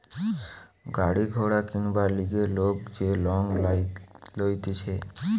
গাড়ি ঘোড়া কিনবার লিগে লোক যে লং লইতেছে